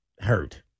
hurt